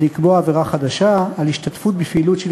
ולקבוע עבירה חדשה של השתתפות בפעילות של